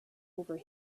over